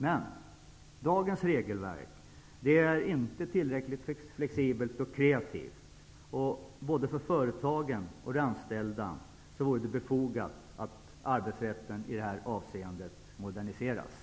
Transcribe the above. Men dagens regelverk är inte tillräckligt flexibelt och kreativt. Både för företagen och för de anställda vore det befogat att arbetsrätten i det här avseendet moderniserades.